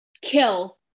kill